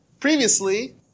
Previously